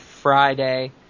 Friday